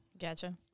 gotcha